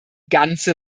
ganze